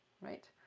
right